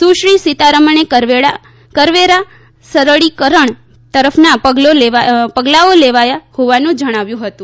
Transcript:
સુશ્રી સીતારમણે કરવેરા સરળીકરણ તરફના પગલોં લેવાયા હોવાનું જણાવ્યું હતું